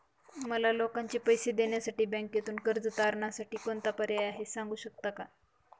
मला लोकांचे पैसे देण्यासाठी बँकेतून कर्ज तारणसाठी कोणता पर्याय आहे? सांगू शकता का?